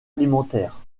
alimentaire